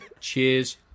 Cheers